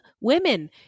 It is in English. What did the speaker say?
women